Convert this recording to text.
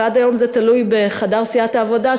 ועד היום זה תלוי בחדר סיעת העבודה,